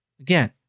Again